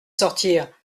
sortir